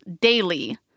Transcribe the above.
daily